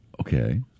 Okay